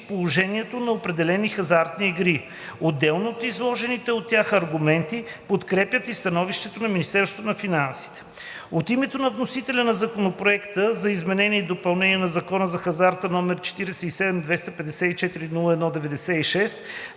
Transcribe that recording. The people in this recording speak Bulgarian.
положението на определени хазартни игри. Отделно от изложените от тях аргументи, подкрепят и становището на Министерството на финансите. От името на вносителя Законопроект за изменение и допълнение на Закона за хазарта, № 47-254-01-96,